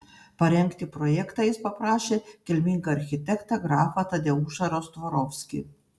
parengti projektą jis paprašė kilmingą architektą grafą tadeušą rostvorovskį